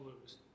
lose